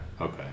Okay